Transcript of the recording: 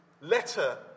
letter